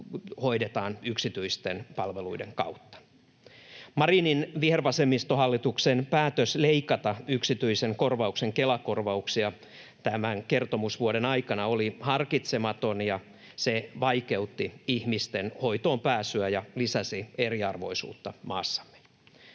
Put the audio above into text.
hoidetaan yksityisten palveluiden kautta. Marinin vihervasemmistohallituksen päätös leikata yksityisen palvelun Kela-korvauksia tämän kertomusvuoden aikana oli harkitsematon, ja se vaikeutti ihmisten hoitoonpääsyä ja lisäsi eriarvoisuutta maassamme.